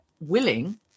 willing